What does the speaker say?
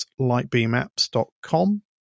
lightbeamapps.com